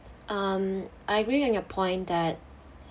um I agree on your point that